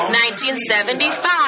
1975